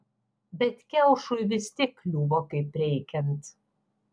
bet kiaušui vis tiek kliuvo kaip reikiant